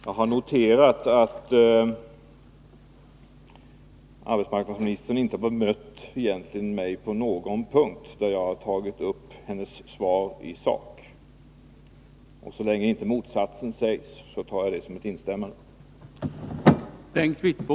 Jag har noterat att arbetsmarknadsministern egentligen inte har bemött mig på någon punkt där jag har tagit upp hennes svar i sak. Och så länge inte motsatsen sägs, tar jag det som ett instämmande.